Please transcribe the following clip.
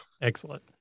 Excellent